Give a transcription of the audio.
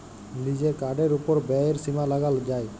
লিজের কার্ডের ওপর ব্যয়ের সীমা লাগাল যায়